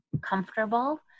comfortable